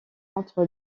entre